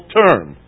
term